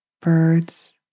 birds